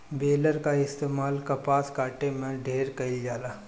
baler कअ इस्तेमाल कपास काटे में ढेर कइल जाला